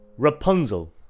Rapunzel